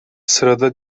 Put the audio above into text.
sırada